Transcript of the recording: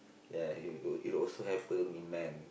ya he it it also happen in man